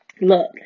Look